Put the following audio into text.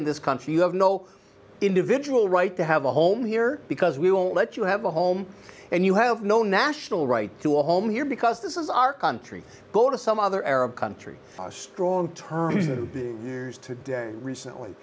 in this country you have no individual right to have a home here because we won't let you have a home and you have no national right to a home here because this is our country go to some other arab country strong terms that today recently